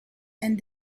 and